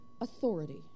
authority